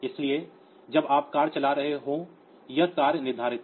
इसलिए जब आप कार चला रहे हों तो यह कार्य निर्धारित है